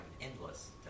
endless